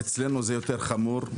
אצלנו זה יותר חמור.